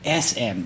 SM